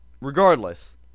regardless